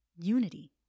unity